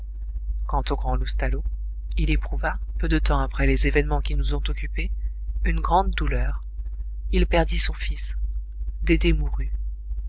quant au grand loustalot il éprouva peu de temps après les événements qui nous ont occupés une grande douleur il perdit son fils dédé